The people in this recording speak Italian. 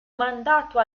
mandato